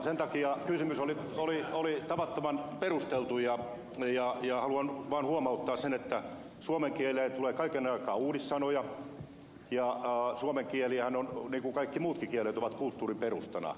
sen takia kysymys oli tavattoman perusteltu ja haluan vain huomauttaa että suomen kieleen tulee kaiken aikaa uudissanoja ja suomen kielihän on niin kaikki muutkin kielet kulttuurin perustana